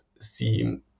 seem